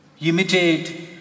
Imitate